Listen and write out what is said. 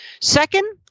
Second